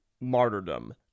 martyrdom